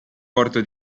porto